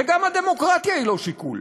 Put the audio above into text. וגם הדמוקרטיה היא לא שיקול,